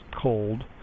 cold